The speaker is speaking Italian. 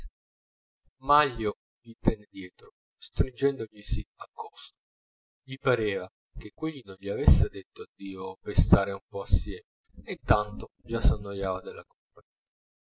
manlio gli tenne dietro stringendoglisi accosto gli pareva che quegli non gli avesse detto addio per stare un po assieme e intanto già s'annoiava della compagnia